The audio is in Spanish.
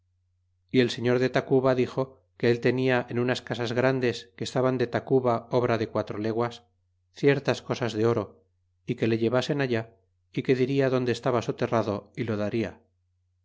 y el señor de tacuba dixo que él tenia en unas casas grandes que estaban de tacuba obra de quatro leguas ciertas cosas de oro é que le llevasen é que diria donde estaba soterrado y lo dada